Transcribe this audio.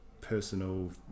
personal